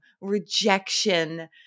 rejection